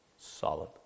solid